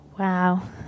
Wow